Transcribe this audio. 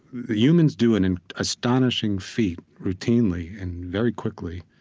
humans do an and astonishing feat, routinely and very quickly.